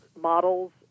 models